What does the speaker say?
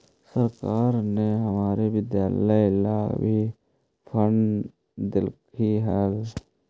सरकार ने हमारे विद्यालय ला भी फण्ड देलकइ हे